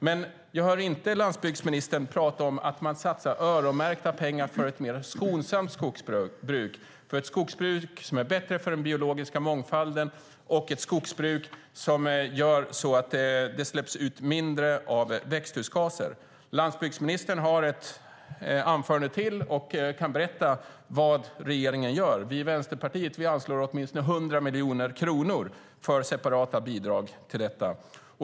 Men jag hör inte ministern prata om att satsa öronmärkta pengar på ett mer skonsamt skogsbruk, ett skogsbruk som är bättre för den biologiska mångfalden, ett skogsbruk som gör att det släpps ut mindre av växthusgaser. Landsbygdsministern har rätt till ett inlägg till och kan berätta vad regeringen gör. Vi i Vänsterpartiet anslår åtminstone 100 miljoner kronor som separata bidrag till detta.